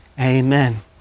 Amen